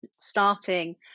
starting